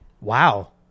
wow